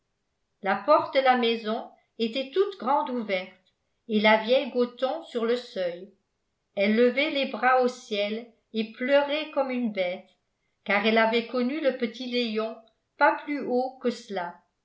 la porte de la maison était toute grande ouverte et la vieille gothon sur le seuil elle levait les bras au ciel et pleurait comme une bête car elle avait connu le petit léon pas plus haut que cela